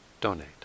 donate